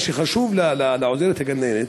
מה שחשוב לעוזרת הגננת,